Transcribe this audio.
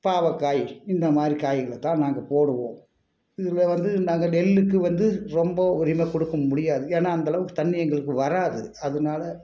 பாவற்காய் இந்த மாதிரி காய்களை தான் நாங்கள் போடுவோம் இதில் வந்து நாங்கள் நெல்லுக்கு வந்து ரொம்ப உரிமை கொடுக்க முடியாது ஏன்னா அந்தளவுக்கு தண்ணி எங்களுக்கு வராது அதனால